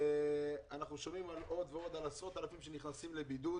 אנחנו שומעים על עשרות אלפים שנכנסים לבידוד.